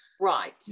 right